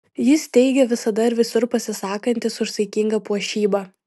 jis teigia visada ir visur pasisakantis už saikingą puošybą